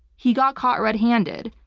he got caught red handed.